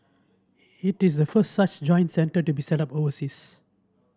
it is a first such joint centre to be set up overseas